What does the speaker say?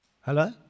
Hello